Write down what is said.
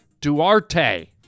Duarte